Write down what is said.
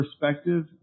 Perspective